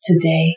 today